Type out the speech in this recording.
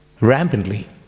rampantly